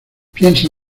piensa